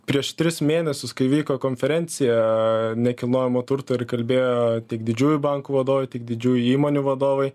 prieš tris mėnesius kai vyko konferencija nekilnojamo turto ir kalbėjo tik didžiųjų bankų vadovai tik didžiųjų įmonių vadovai